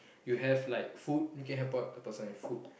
you have like food you can help out the person with food